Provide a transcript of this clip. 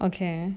okay